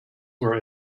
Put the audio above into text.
were